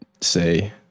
say